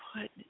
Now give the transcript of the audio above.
put